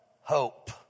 Hope